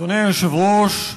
אדוני היושב-ראש,